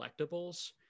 collectibles